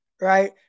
right